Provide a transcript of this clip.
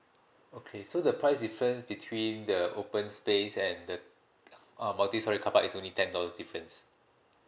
okay so the price difference between the open space and the uh multistorey carpark is only ten dollars difference